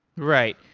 right,